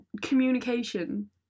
communication